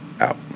Out